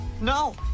no